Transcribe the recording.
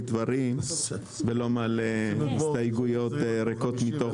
דברים ולא מלא הסתייגויות ריקות מתוכן.